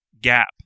gap